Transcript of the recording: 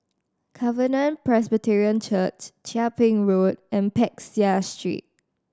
Covenant Presbyterian Church Chia Ping Road and Peck Seah Street